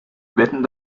wetten